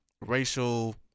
racial